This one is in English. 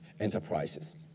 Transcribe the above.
enterprises